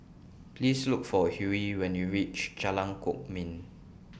Please Look For Hughie when YOU REACH Jalan Kwok Min